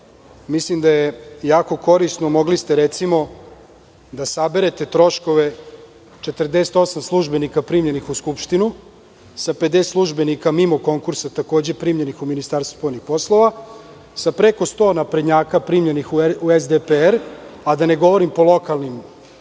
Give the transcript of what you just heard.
mislim da je jako korisno, mogli ste recimo da saberete troškove 48 službenika primljenih u Skupštinu sa 50 službenika mimo konkursa takođe primljenih u MUP, sa preko 100 naprednjaka primljenih u SDPR, a da ne govorim po lokalnim